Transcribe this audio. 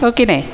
हो की नाही